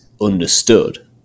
understood